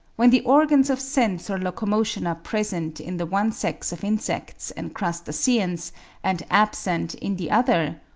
when the organs of sense or locomotion are present in the one sex of insects and crustaceans and absent in the other,